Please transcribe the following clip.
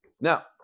Now